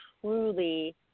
truly